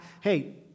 hey